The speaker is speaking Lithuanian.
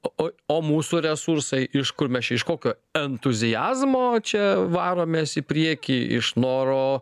o o mūsų resursai iš kur mes iš kokio entuziazmo čia varomės į priekį iš noro